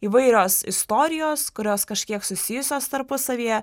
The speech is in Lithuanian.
įvairios istorijos kurios kažkiek susijusios tarpusavyje